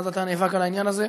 מאז אתה נאבק על העניין הזה,